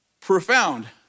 Profound